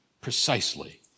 Precisely